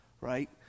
right